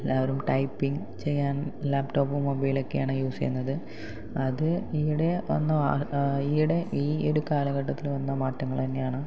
എല്ലാവരും ടൈപ്പിംഗ് ചെയ്യാൻ ലാപ്ടോപ്പ് മൊബൈലൊക്കെയാണ് യൂസ് ചെയ്യുന്നത് അത് ഇവിടെ വന്ന ഈയിടെ ഈയൊരു കാലഘട്ടത്തിൽ വന്ന മാറ്റങ്ങൾ തന്നെയാണ്